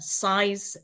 size